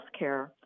healthcare